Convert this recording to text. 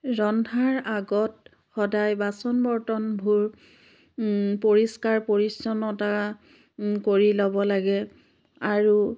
ৰন্ধাৰ আগত সদায় বাচন বৰ্তনবোৰ পৰিষ্কাৰ পৰিচ্ছন্নতা কৰি ল'ব লাগে আৰু